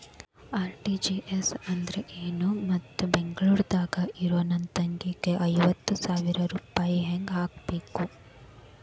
RTGS ಅಂದ್ರ ಏನು ಮತ್ತ ಬೆಂಗಳೂರದಾಗ್ ಇರೋ ನನ್ನ ತಂಗಿಗೆ ಐವತ್ತು ಸಾವಿರ ರೂಪಾಯಿ ಹೆಂಗ್ ಹಾಕಬೇಕು?